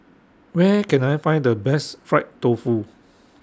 Where Can I Find The Best Fried Tofu